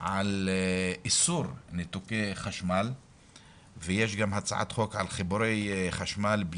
על איסור ניתוקי חשמל ויש גם הצעת חוק על חיבורי חשמל,